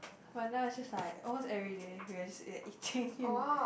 but now it's just like almost everyday we are just we are eating in